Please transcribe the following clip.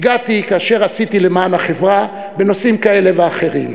הגעתי כאשר עשיתי למען החברה בנושאים כאלה ואחרים.